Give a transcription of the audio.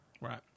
Right